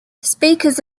speakers